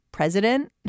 president